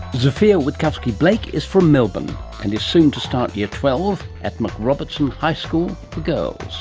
zofia witkowski-blake is from melbourne and is soon to start year twelve at mac. robertson high school for girls.